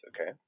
okay